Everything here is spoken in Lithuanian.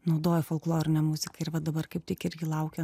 naudoju folklorinę muziką ir va dabar kaip tik irgi laukia